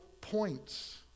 points